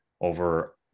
over